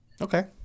Okay